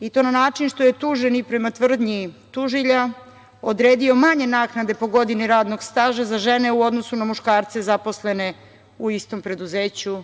i to na način što je tuženi, prema tvrdnji tužilja, odredio manje naknade po godini radnog staža za žene u odnosu na muškarce zaposlene u istom preduzeću